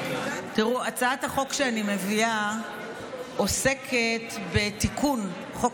הצעת החוק שאני מביאה עוסקת בתיקון חוק